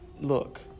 look